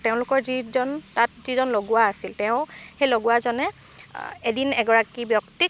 তেওঁলোকৰ যিজন তাত যিজন লগুৱা আছিল তেওঁ সেই লগুৱাজনে এদিন এগৰাকী ব্যক্তিক